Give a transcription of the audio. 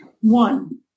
One